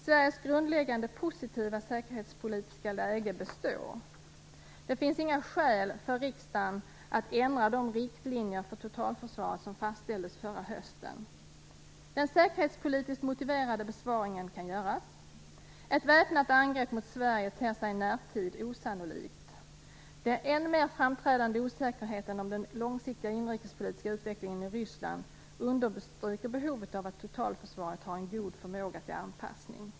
Sveriges grundläggande positiva säkerhetspolitiska läge består. Det finns inga skäl för riksdagen att ändra de riktlinjer för totalförsvaret som fastställdes förra hösten. Den säkerhetspolitiskt motiverade besparingen kan göras. Ett väpnat angrepp mot Sverige ter sig i närtid osannolikt. Den än mer framträdande osäkerheten om den långsiktiga inrikespolitiska utvecklingen i Ryssland understryker behovet av att totalförsvaret har en god förmåga till anpassning.